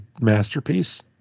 masterpiece